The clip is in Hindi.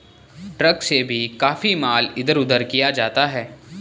ट्रक से भी काफी माल इधर उधर किया जाता है